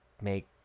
make